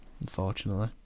unfortunately